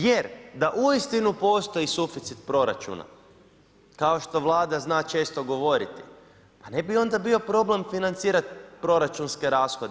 Jer da uistinu postoji suficit proračuna, kao što vlada zna često govorit, pa ne bi onda bio problem financirat proračunske rashode.